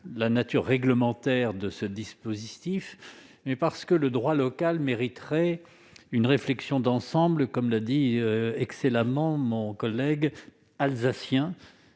la nature réglementaire de ce dispositif, mais parce que le droit local mériterait une réflexion d'ensemble, comme l'a excellemment rappelé mon collègue alsacien